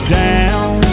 down